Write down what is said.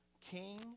king